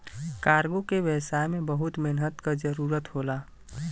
cargo के व्यवसाय में बहुत मेहनत क जरुरत होला